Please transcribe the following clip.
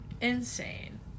insane